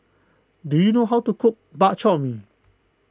do you know how to cook Bak Chor Mee